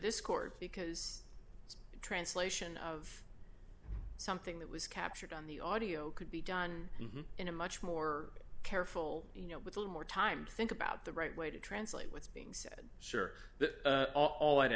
this court because it's a translation of something that was captured on the audio could be done in a much more careful you know with a lot more time to think about the right way to translate what's being said sure that all i